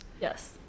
Yes